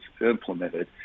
implemented